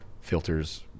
filters